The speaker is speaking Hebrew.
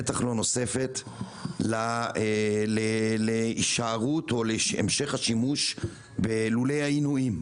בטח לא נוספת, להמשך השימוש בלולי העינויים.